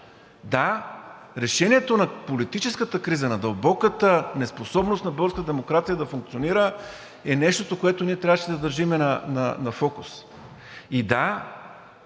Да, решението на политическата криза, на дълбоката неспособност на българската демокрация да функционира е нещото, което ние трябваше да държим на фокус. И да,